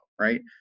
right